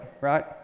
Right